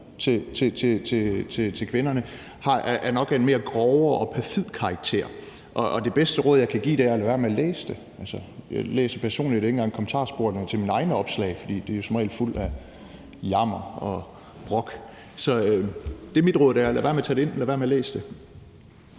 for kvinderne er nok af en mere grov og perfid karakter. Og det bedste råd, jeg kan give, er at lade være med at læse det. Jeg læser personligt ikke engang kommentarsporene til mine egne opslag, for de er som regel fuld af jammer og brok. Så mit råd er: Lad være med at tage det ind; lad være med at læse det.